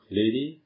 lady